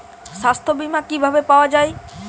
সাস্থ্য বিমা কি ভাবে পাওয়া যায়?